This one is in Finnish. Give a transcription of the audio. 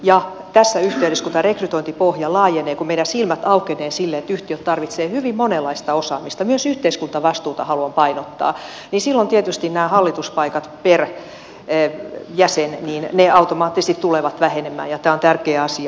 ja tässä yhteydessä kun tämä rekrytointipohja laajenee kun meidän silmät aukenevat sille että yhtiöt tarvitsevat hyvin monenlaista osaamista myös yhteiskuntavastuuta haluan painottaa silloin tietysti nämä hallituspaikat per jäsen automaattisesti tulevat vähenemään ja tämä on tärkeä asia